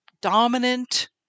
dominant